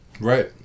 Right